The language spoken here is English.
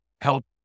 help